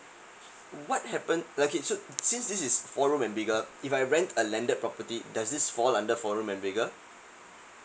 what happened K so since this is four room and bigger if I rent a landed property does this fall under four room and bigger